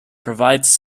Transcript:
provides